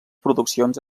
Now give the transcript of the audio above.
produccions